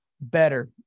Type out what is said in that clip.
better